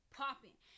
popping